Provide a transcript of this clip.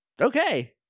okay